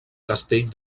castell